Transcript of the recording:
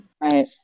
Right